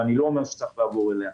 ואני לא אומר שצריך לעבור אליה,